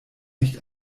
nicht